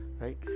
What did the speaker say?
right